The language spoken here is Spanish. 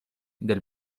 del